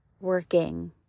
working